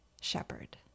shepherd